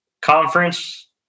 Conference